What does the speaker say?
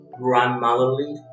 Grandmotherly